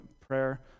prayer